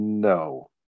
No